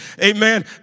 Amen